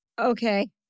Okay